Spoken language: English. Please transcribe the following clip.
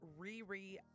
Riri